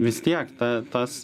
vis tiek ta tas